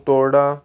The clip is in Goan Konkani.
तोर्डा